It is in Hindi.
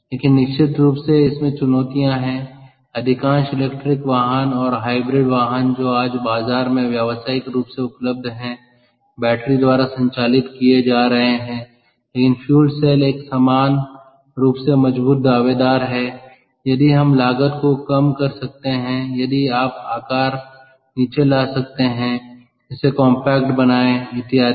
लेकिन निश्चित रूप से इसमें चुनौतियां है अधिकांश इलेक्ट्रिक वाहन और हाइब्रिड वाहन जो आज बाजार में व्यावसायिक रूप से उपलब्ध हैं बैटरी द्वारा संचालित किए जा रहे हैं लेकिन फ्यूल सेल एक समान रूप से मजबूत दावेदार हैं यदि हम लागत को कम कर सकते हैं यदि आप आकार नीचे ला सकते हैं इसे कॉम्पैक्ट बनाएं इत्यादि